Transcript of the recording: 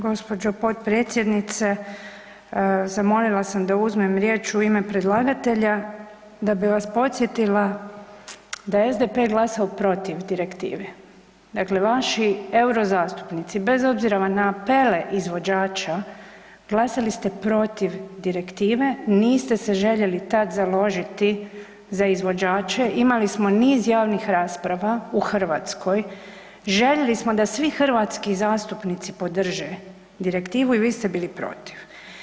Gđo. potpredsjednice, zamolila sam da uzmem riječ u ime predlagatelja da bi vas podsjetila da je SDP glasovao protiv direktive, dakle vaši eurozastupnici bez obzira na apele izvođača glasali ste protiv direktive, niste se željeli tad založiti za izvođače, imali smo niz javnih rasprava u Hrvatskoj, željeli smo da svi hrvatski zastupnici podrže direktivu i vi ste bili protiv.